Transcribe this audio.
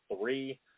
three